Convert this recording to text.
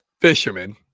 fisherman